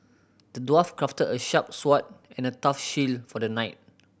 the dwarf crafted a sharp sword and a tough shield for the knight